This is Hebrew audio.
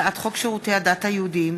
הצעת חוק שירותי הדת היהודיים